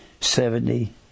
Seventy